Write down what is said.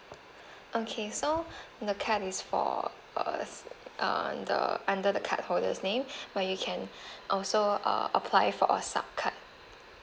okay so the card is for uh uh the under the cardholder's name but you can also uh apply for a sub card